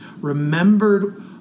remembered